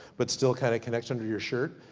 but still kinda connects under your shirt.